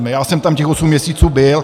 Já jsem tam těch osm měsíců byl.